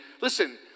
listen